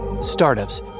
Startups